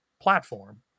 platform